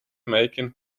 making